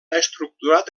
estructurat